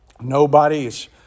Nobody's